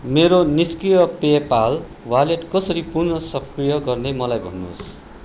मेरो निष्क्रिय PayPal wallet कसरी पुन सक्रिय गर्ने मलाई भन्नुहोस्